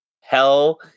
Hell